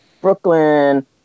Brooklyn